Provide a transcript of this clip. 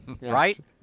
right